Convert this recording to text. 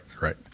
right